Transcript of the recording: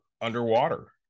underwater